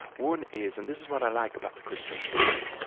one is and this is what i like about the christian tradition,